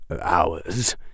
hours